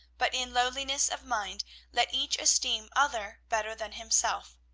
but in lowliness of mind let each esteem other better than himself.